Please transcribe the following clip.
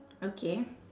okay